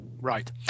Right